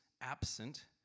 absent